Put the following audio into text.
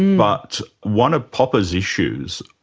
but one of popper's issues,